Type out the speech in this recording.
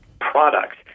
products